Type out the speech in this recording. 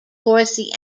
dorsey